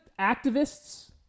activists